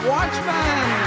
Watchmen